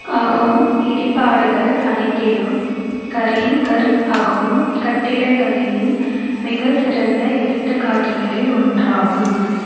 அஹோம் இடிபாடுகள் அனைத்திலும் கரேங் கர் அஹோம் கட்டிடக்கலையின் மிகச்சிறந்த எடுத்துக்காட்டுகளில் ஒன்றாகும்